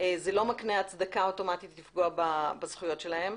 זה לא מקנה הצדקה אוטומטית לפגוע בזכויות שלהם.